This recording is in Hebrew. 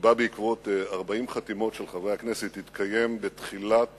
שבא בעקבות 40 חתימות של חברי הכנסת התקיים בתחילת